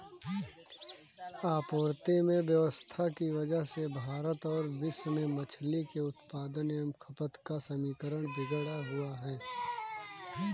आपूर्ति में अव्यवस्था की वजह से भारत और विश्व में मछली के उत्पादन एवं खपत का समीकरण बिगड़ा हुआ है